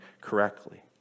correctly